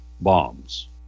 bombs